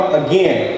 again